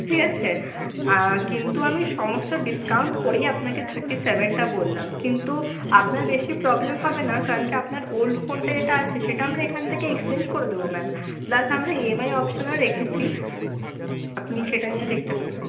ঠিক আছে কিন্তু আমি সমস্ত ডিসকাউন্ট করেই আপনাকে থার্টি সেভেনটা বললাম কিন্তু আপনার বেশি প্রবলেম হবে না কারণ কি আপনার ওল্ড ফোনটা যেটা আছে সেটা আমরা এখান থেকে এক্সচেঞ্জ করে দেবো ম্যাম প্লাস আমরা ইএমআই অপশানও রেখেছি আপনি সেটা নিয়েও দেখতে পারেন